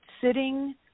sitting